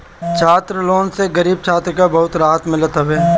छात्र लोन से गरीब छात्र के बहुते रहत मिलत हवे